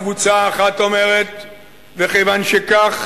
הקבוצה האחת אומרת: מכיוון שכך,